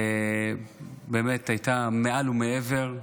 באמת הייתה מעל ומעבר.